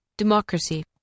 Democracy